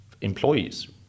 employees